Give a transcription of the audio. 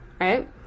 right